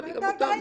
שמעתי גם אותם.